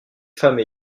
femmes